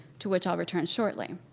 to which i'll return shortly.